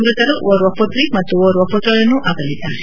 ಮೃತರು ಓರ್ವ ಪುತ್ರಿ ಮತ್ತು ಓರ್ವ ಪುತ್ರರನ್ನು ಅಗಲಿದ್ದಾರೆ